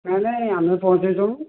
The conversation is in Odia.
ନାଇଁ ନାଇଁ ଆମେ ପହଁଞ୍ଚେଇଦେବୁ